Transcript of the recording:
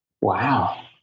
Wow